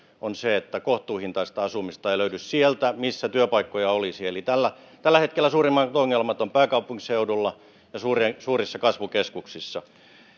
on se että kohtuuhintaista asumista ei löydy sieltä missä työpaikkoja olisi eli tällä tällä hetkellä suurimmat ongelmat ovat pääkaupunkiseudulla ja suurissa kasvukeskuksissa